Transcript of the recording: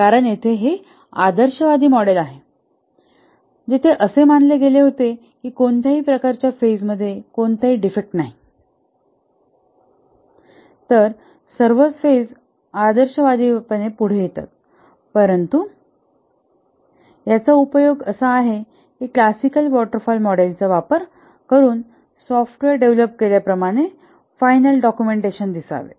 कारण येथे हे आदर्शवादी मॉडेल होते जेथे असे मानले गेले होते की कोणत्याही फेज मध्ये कोणताही डिफेक्ट नाही तर सर्वच फेज आदर्शवादीपणे पुढे येतात परंतु याचा उपयोग असा आहे की क्लासिकल वॉटर फॉल मॉडेलचा वापर करून सॉफ्टवेअर डेव्हलप केल्याप्रमाणे फायनल डाक्युमेंटेशन दिसावे